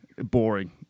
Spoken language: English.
boring